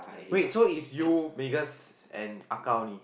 wait so is you Megan's and Akao only